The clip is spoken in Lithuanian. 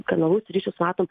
kanalus ryšius matom